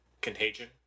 Contagion